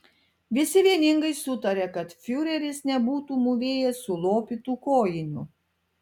visi vieningai sutarė kad fiureris nebūtų mūvėjęs sulopytų kojinių